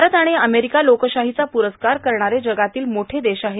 भारत आणि अमेरिका लोकशाहीचा पुरस्कार करणारे जगातील मोठे देश आहेत